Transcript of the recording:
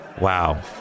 wow